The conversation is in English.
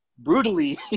brutally